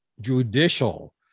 judicial